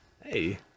Hey